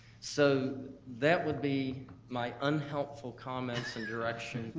so that would be my unhelpful comments and direction